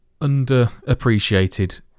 underappreciated